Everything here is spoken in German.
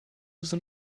sind